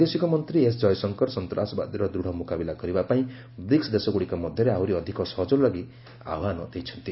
ବୈଦେଶିକ ମନ୍ତ୍ରୀ ଏସ୍ଜୟଶଙ୍କର ସନ୍ତାସବାଦର ଦୃଢ଼ ମୁକାବିଲା କରିବା ପାଇଁ ବ୍ରିକ୍ସ ଦେଶଗୁଡ଼ିକ ମଧ୍ୟରେ ଆହୁରି ଅଧିକ ସହଯୋଗ ଲାଗି ଆହ୍ନାନ ଦେଇଛନ୍ତି